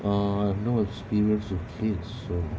ah I have no experience with kids so